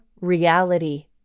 reality